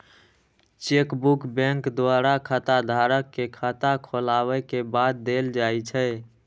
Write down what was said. chequebook bank द्वारा खाताधारक कें खाता खोलाबै के बाद देल जाइ छै